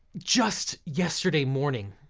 just yesterday morning,